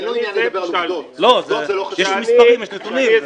יש מספרים ויש נתונים.